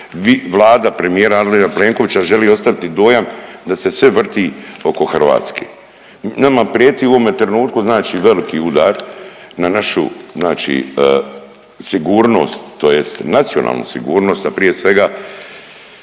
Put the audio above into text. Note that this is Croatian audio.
vlada premijera Andreja Plenkovića želi ostaviti dojam da se sve vrti oko Hrvatske. Nama prijeti u ovome trenutku znači veliki udar na našu, znači sigurnost, tj. nacionalnu sigurnost, a prije svega,